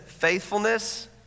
Faithfulness